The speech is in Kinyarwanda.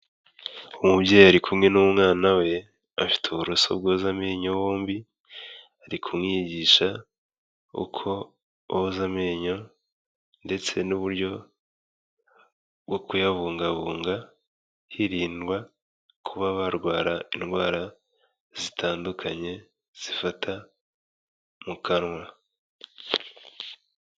Umubyeyi ari kumwe n'umwana we, bafite uburoso bwoza amenyo yombi, ari kumwigisha uko boza amenyo ndetse n'uburyo bwo kuyabungabunga, hirindwa kuba barwara indwara zitandukanye zifata mu kanwa.